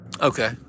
Okay